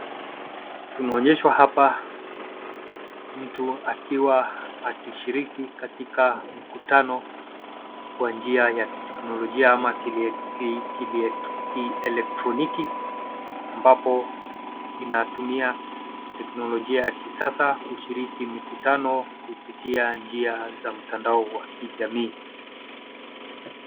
Tunaonyeshwa hapa mtu akiwa akishiriki katika mkutano kwa njia ya teknolojia ama kielektroniki ambapo inatumia teknolojia ya kisasa kushiriki mikutano kupitia njia za mtandao wa kijamii.